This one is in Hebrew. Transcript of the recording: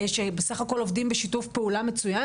שבסך הכול עובדים בשיתוף פעולה מצוין